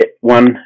One